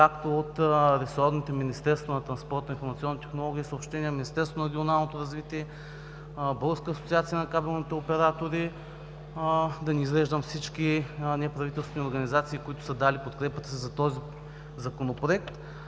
както от ресорните Министерство на транспорта, информационните технологии и съобщенията, Министерство на регионалното развитие, Българска асоциация на кабелните оператори, да не изреждам всички неправителствени организации, които са дали подкрепата си за този Законопроект.